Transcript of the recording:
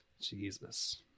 Jesus